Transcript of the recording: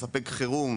בספק חירום,